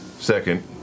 Second